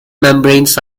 membranes